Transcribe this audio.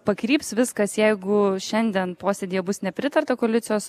pakryps viskas jeigu šiandien posėdyje bus nepritarta koalicijos